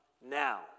now